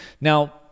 Now